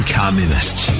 communists